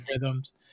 rhythms